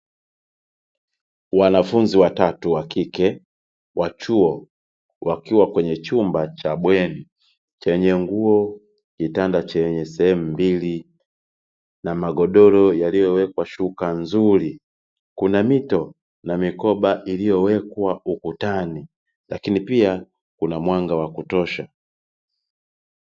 Wanafunzi watatu wa kike wa chuo wakiwa kwenye chumba cha bweni, chenye nguo, kitanda chenye sehemu mbili na magodoro yaliyowekwa, shuka nzuri, kuna mito na mikoba iliyowekwa ukutani, lakini pia kuna mwanga wa kutosha.